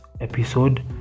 episode